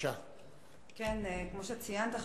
כמו שציינת,